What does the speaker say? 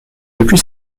depuis